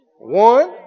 One